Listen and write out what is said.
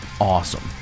awesome